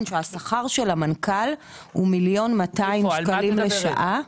שהשכר של המנכ"ל הוא 1.2 מיליון שקלים לשנה.